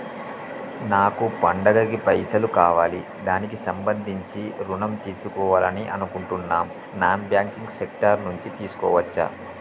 నాకు పండగ కి పైసలు కావాలి దానికి సంబంధించి ఋణం తీసుకోవాలని అనుకుంటున్నం నాన్ బ్యాంకింగ్ సెక్టార్ నుంచి తీసుకోవచ్చా?